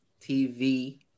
TV